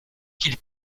qu’il